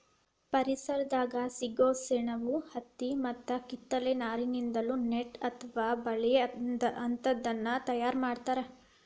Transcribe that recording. ಪರಿಸರದಾಗ ಸಿಗೋ ಸೆಣಬು ಹತ್ತಿ ಮತ್ತ ಕಿತ್ತಳೆ ನಾರಿನಿಂದಾನು ನೆಟ್ ಅತ್ವ ಬಲೇ ಅಂತಾದನ್ನ ತಯಾರ್ ಮಾಡ್ತಾರ